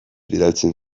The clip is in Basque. bidaltzen